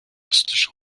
östliche